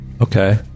okay